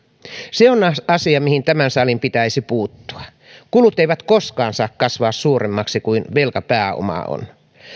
se on asia mihin tämän salin pitäisi puuttua kulut eivät koskaan saa kasvaa suuremmaksi kuin velkapääoma on